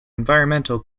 environmental